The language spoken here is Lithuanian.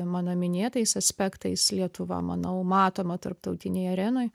mano minėtais aspektais lietuva manau matoma tarptautinėj arenoj